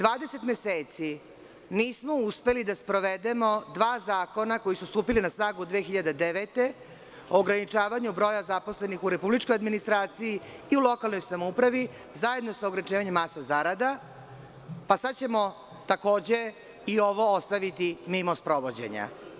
Dvadeset meseci nismo uspeli da sprovedemo dva zakona koji su stupili na snagu 2009. godine, ograničavanje broja zaposlenih u republičkoj administraciji i lokalnoj samoupravi zajedno sa ograničenjem masa zarada, a sad ćemo takođe i ovo ostaviti mimo sprovođenja.